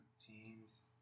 Teams